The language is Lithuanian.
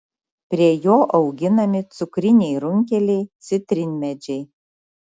prie jo auginami cukriniai runkeliai citrinmedžiai